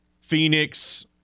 Phoenix